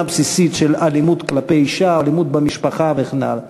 בסיסית של אלימות כלפי אישה או אלימות במשפחה וכן הלאה.